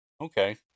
Okay